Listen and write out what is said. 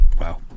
Wow